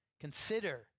Consider